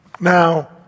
Now